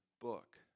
book